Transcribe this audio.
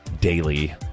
Daily